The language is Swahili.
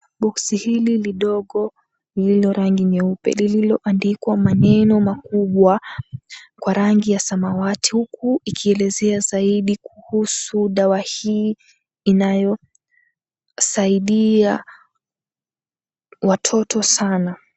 Boksi hili lidogo lililo rangi nyeupe. Lililobamdikwa maneno makubwa kwa rangi ya samawati. Huku ikielezea zaidi kuhusu dawa hii, inayosaidia watoto sana.